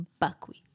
Buckwheat